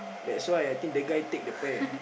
that's why I think the guy take the pear